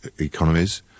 economies